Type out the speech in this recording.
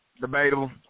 Debatable